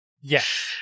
Yes